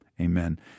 Amen